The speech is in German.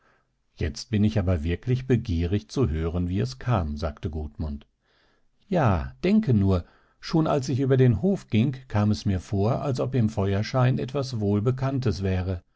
jetzt bin ich aber wirklich begierig zu hören wie es kam sagte gudmund ja denke nur schon als ich über den hof ging kam es mir vor als ob im feuerschein etwas wohlbekanntes wäre